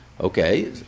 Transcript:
Okay